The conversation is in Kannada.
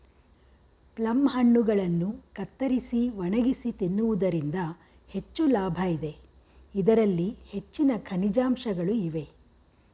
ಪ್ಲಮ್ ಹಣ್ಣುಗಳನ್ನು ಕತ್ತರಿಸಿ ಒಣಗಿಸಿ ತಿನ್ನುವುದರಿಂದ ಹೆಚ್ಚು ಲಾಭ ಇದೆ, ಇದರಲ್ಲಿ ಹೆಚ್ಚಿನ ಖನಿಜಾಂಶಗಳು ಇವೆ